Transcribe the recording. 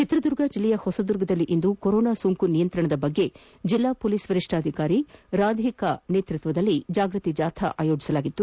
ಚಿತ್ರದುರ್ಗ ಜಿಲ್ಲೆಯ ಹೊಸದುರ್ಗದಲ್ಲಿಂದು ಕೊರೊನಾ ಸೋಂಕು ನಿಯಂತ್ರಣ ಕುರಿತು ಜಿಲ್ಲಾ ಹೊಲೀಸ್ ವರಿಷ್ಠಾಧಿಕಾರಿ ರಾಧಿಕಾ ನೇತೃತ್ವದಲ್ಲಿ ಜಾಗೃತಿ ಜಾಥಾ ಆಯೋಜಿಸಲಾಗಿತ್ತು